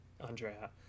Andrea